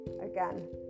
again